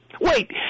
Wait